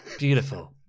Beautiful